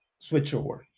switchover